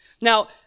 Now